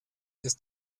ist